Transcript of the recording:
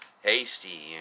Hasty